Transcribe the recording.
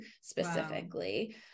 specifically